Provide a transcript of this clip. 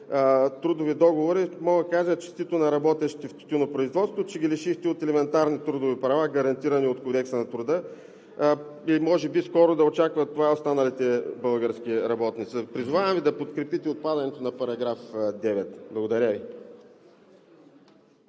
трудови договори, мога да кажа: честито на работещите в тютюнопроизводството, че ги лишихте от елементарни трудови права, гарантирани от Кодекса на труда! Може би скоро да очакват това и останалите български работници. Призовавам Ви да подкрепите отпадането на § 9. Благодаря Ви.